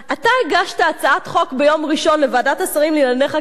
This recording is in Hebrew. אתה הגשת הצעת חוק ביום ראשון לוועדת השרים לענייני חקיקה,